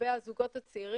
לגבי הזוגות הצעירים.